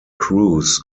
crews